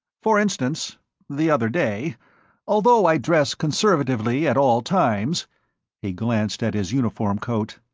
for instance the other day although i dress conservatively at all times he glanced at his uniform coat,